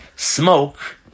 Smoke